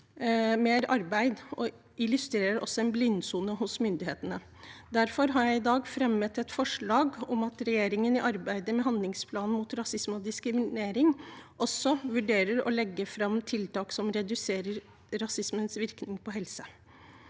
mer arbeid, og illustrerer også en blindsone hos myndighetene. Derfor har jeg i dag fremmet et forslag om at regjeringen i arbeidet med handlingsplanen mot rasisme og diskriminering også vurderer å legge fram tiltak som reduserer rasismens virkning på helse.